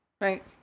right